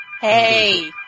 Hey